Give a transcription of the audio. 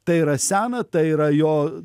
tai yra sena tai yra jo